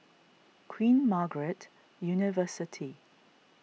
Queen Margaret University